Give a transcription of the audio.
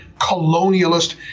colonialist